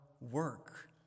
work